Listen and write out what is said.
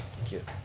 thank you.